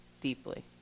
deeply